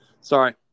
Sorry